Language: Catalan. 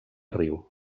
riu